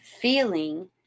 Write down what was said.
feeling